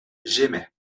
j’aimais